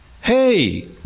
hey